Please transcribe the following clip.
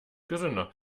gesünder